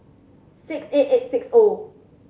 six eight eight six O